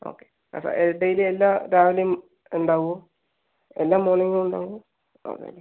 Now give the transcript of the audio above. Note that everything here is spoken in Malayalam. ഓക്കെ അത് ഡെയിലി എല്ലാ രാവിലയും ഉണ്ടാകുമോ എല്ലാ മോർണിംഗും ഉണ്ടാകുമോ അങ്ങനെ